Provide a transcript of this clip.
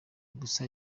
gusa